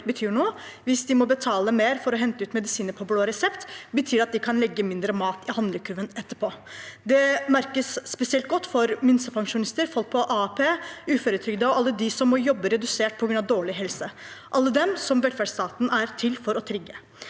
betyr noe. Hvis de må betale mer for å hente ut medisiner på blå resept, betyr det at de kan legge mindre mat i handlekurven etterpå. Det merkes spesielt godt for minstepensjonister, folk på AAP, uføretrygdede og alle de som må jobbe redusert på grunn av dårlig helse – alle dem som velferdsstaten er til for å trygge.